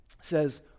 says